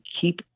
keep